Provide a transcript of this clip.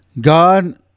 God